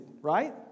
right